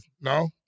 No